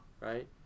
right